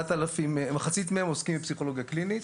מחצית מהם עוסקים בפסיכולוגיה קלינית.